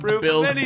Bill's